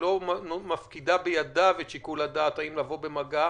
ולא מפקידה בידיו את שיקול הדעת האם לבוא במגע